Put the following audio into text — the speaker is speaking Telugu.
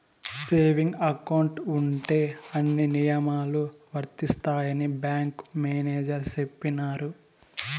సేవింగ్ అకౌంట్ ఉంటే అన్ని నియమాలు వర్తిస్తాయని బ్యాంకు మేనేజర్ చెప్పినారు